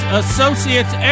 associates